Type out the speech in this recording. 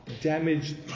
damaged